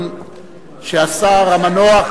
בחלק הזה של האולם.